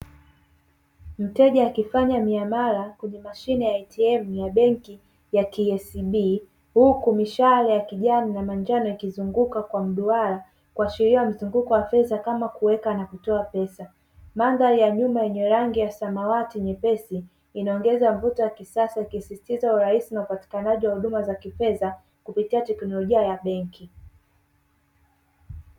Mteja akifanya miamala kwenye mashine ya “ATM ya benki ya KCB.” Huku mishale ya kijani na manjano ikizunguka kwa duara kuashiria mzunguko wa fedha kama kuweka na kutoa pesa. Mandhari ya nyuma yenye rangi ya samawati nyepesi inaongeza mvuto wa kisasa ikisisitiza urahisi wa upatikanaji wa huduma za kifedha kupitia teknolojia ya benki.